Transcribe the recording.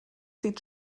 sieht